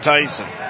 Tyson